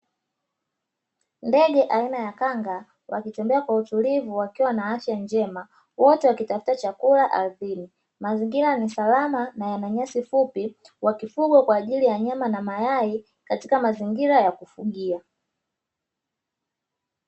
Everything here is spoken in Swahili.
Ndege aina ya kanga wakitembea kwa utulivu wakiwa na afya njema, wote wakitafuta chakula ardhini; mazingira ni salama na yana nyasi fupi wakifugwa kwa ajili ya nyama na mayai katika mazingira ya kufugia.